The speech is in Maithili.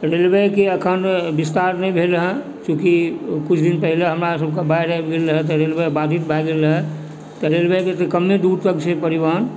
रेलवेके एखन विस्तार नहि भेलहँ चूँकि किछु दिन पहिने हमरा सभके बाढ़ि आबि गेल रहै तऽ रेलवे बाधित भऽ गेल रहै तऽ रेलवेके तऽ कम्मे दूर तक छै परिवहन